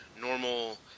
normal